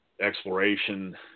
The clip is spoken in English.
exploration